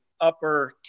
upper